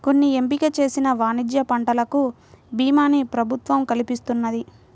కొన్ని ఎంపిక చేసిన వాణిజ్య పంటలకు భీమాని ప్రభుత్వం కల్పిస్తున్నది